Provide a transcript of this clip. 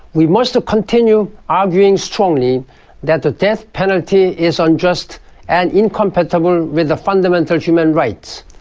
we must continue arguing strongly that the death penalty is unjust and incompatible with the fundamental human rights.